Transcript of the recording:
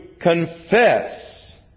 confess